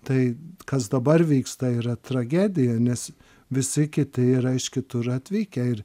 tai kas dabar vyksta yra tragedija nes visi kiti yra iš kitur atvykę ir